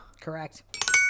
Correct